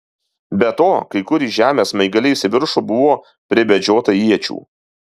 be to kai kur į žemę smaigaliais į viršų buvo pribedžiota iečių